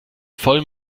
voll